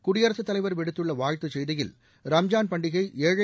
குடியரசுத் தலைவர் விடுத்துள்ள வாழ்த்துச் செய்தியில் ரம்ஜான் பண்டிகை ஏழை